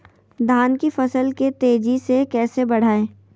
धान की फसल के तेजी से कैसे बढ़ाएं?